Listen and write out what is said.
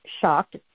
shocked